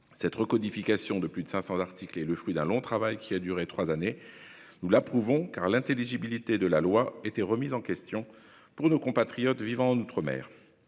Cette recodification de plus de 500 articles est le fruit d'un long travail, qui a duré trois années. Nous l'approuvons, car l'intelligibilité de la loi était remise en question pour nos compatriotes vivant outre-mer.